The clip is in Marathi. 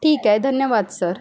ठीक आहे धन्यवाद सर